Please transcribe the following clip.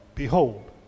Behold